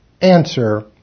Answer